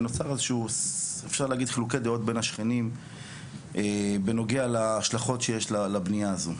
ונוצר איזשהו חילוקי דעות בין השכנים בנוגע להשלכות שיש לבנייה הזו.